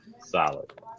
solid